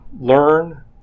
Learn